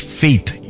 faith